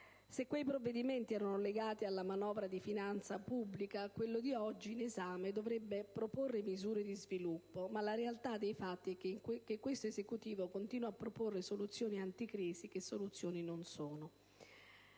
Se quei provvedimenti erano legati alla manovra di finanza pubblica, quello oggi in esame dovrebbe proporre misure di sviluppo, ma la realtà dei fatti è che questo Esecutivo continua a proporre soluzioni anticrisi che soluzioni non sono;